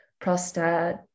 prostate